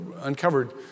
uncovered